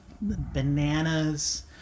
bananas